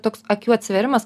toks akių atsivėrimas